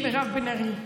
את מירב בן ארי.